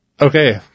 Okay